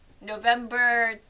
November